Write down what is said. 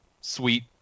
sweet